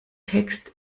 text